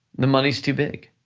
the money's too big.